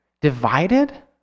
divided